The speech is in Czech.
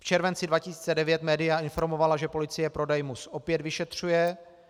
V červenci 2009 média informovala, že policie prodej MUS opět vyšetřuje.